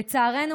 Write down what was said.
לצערנו,